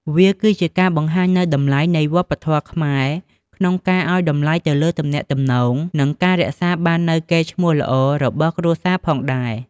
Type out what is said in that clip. វាគឺជាការបង្ហាញនូវតម្លៃនៃវប្បធម៌ខ្មែរក្នុងការឲ្យតម្លៃទៅលើទំនាក់ទំនង និងការរក្សាបាននូវកេរ្តិ៍ឈ្មោះល្អរបស់គ្រួសារផងដែរ។